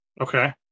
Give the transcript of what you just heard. Okay